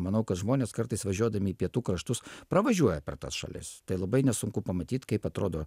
manau kad žmonės kartais važiuodami į pietų kraštus pravažiuoja per tas šalis tai labai nesunku pamatyt kaip atrodo